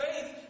Faith